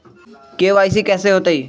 KYC कैसे होतई?